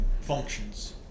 functions